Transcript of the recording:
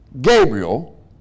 Gabriel